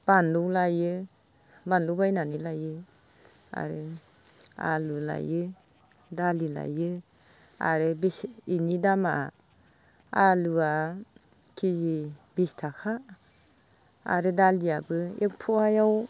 बानलु लायो बानलु बायनानै लायो आरो आलु लायो दालि लायो आरो बेसे इनि दामा आलुआ केजि बिस थाखा आरो दालियावबो एक पवायाव